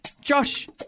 Josh